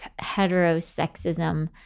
heterosexism